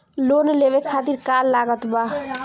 Loan लेवे खातिर का का लागत ब?